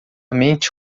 mente